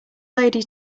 lady